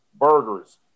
burgers